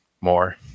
more